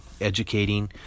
educating